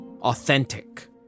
authentic